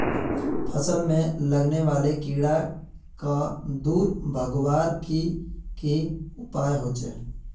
फसल में लगने वाले कीड़ा क दूर भगवार की की उपाय होचे?